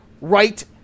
right